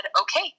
Okay